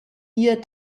hier